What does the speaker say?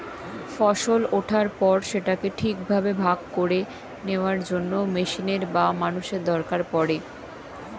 ফসল ওঠার পর সেটাকে ঠিকভাবে ভাগ করে নেওয়ার জন্য মেশিনের বা মানুষের দরকার পড়ে